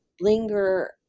linger